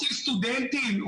רוצים סטודנטים?